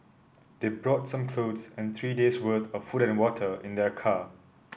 they brought some clothes and three days worth of food and water in their car